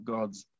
God's